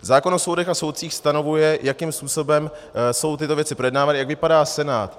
Zákon o soudech a soudcích stanovuje, jakým způsobem jsou tyto věci projednávány, jak vypadá senát.